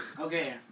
Okay